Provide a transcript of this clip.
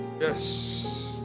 Yes